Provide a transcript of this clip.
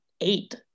eight